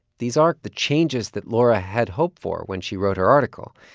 these are the changes that laura had hoped for when she wrote her article.